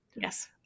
Yes